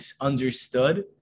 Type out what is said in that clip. understood